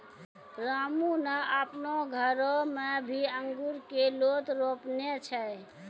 रामू नॅ आपनो घरो मॅ भी अंगूर के लोत रोपने छै